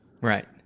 right